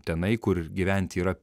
tenai kur gyventi yra